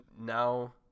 now